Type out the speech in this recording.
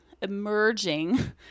emerging